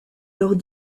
leurs